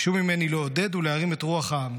ביקשו ממני לעודד ולהרים את רוח העם.